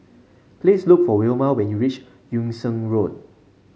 please look for Wilma when you reach Yung Sheng Road